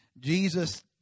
Jesus